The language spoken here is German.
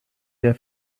der